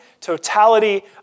totality